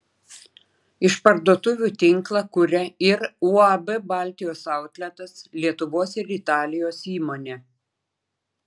išparduotuvių tinklą kuria ir uab baltijos autletas lietuvos ir italijos įmonė